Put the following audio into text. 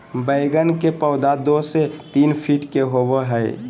बैगन के पौधा दो से तीन फीट के होबे हइ